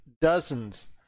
dozens